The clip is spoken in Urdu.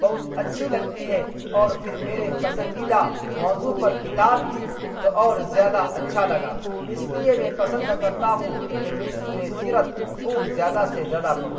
بہت اچھی لگتی ہے اور پھر میرے پسندیدہ موضوع پر کتابتھی تو اور زیادہ اچھا لگا اس لیے میں پسند کرتا ہوں کہ میں سیرت خوب زیادہ سے زیادہ پڑھوں